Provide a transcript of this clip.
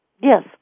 Yes